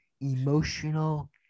emotional